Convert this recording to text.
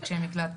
מבקשי מקלט,